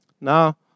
Now